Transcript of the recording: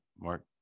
Mark